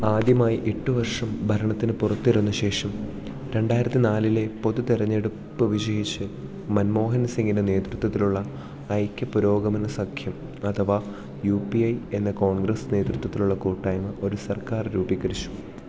ആദ്യമായി എട്ടുവർഷം ഭരണത്തിനു പുറത്തിരുന്ന ശേഷം രണ്ടായിരത്തി നാലിലെ പൊതുതെരഞ്ഞെട്ടുപ്പു വിജയിച്ച് മൻമോഹൻ സിങ്ങിന്റെ നേതൃത്വത്തിലുള്ള ഐക്യപുരോഗമനസഖ്യം അഥവാ യൂ പി എ എന്ന കോൺഗ്രസ് നേതൃത്വത്തിലുള്ള കൂട്ടായ്മ ഒരു സര്ക്കാര് രൂപീകരിച്ചു